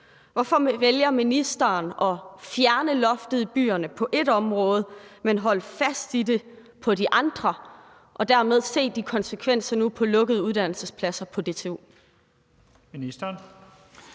Hvorfor vælger ministeren at fjerne loftet i byerne på ét område, men holde fast i det på de andre områder, hvor man dermed nu kan se de konsekvenser i form af lukkede uddannelsespladser på DTU?